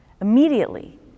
Immediately